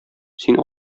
син